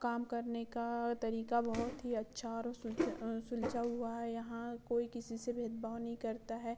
काम करने का तरीका बहुत ही अच्छा और सुलझा हुआ है यहाँ कोई किसी से भेदभाव नहीं करता है